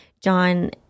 John